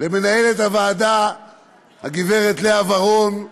למנהלת הוועדה הגברת לאה ורון,